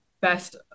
best